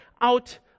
out